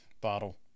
Bottle